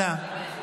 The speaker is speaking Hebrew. אנא.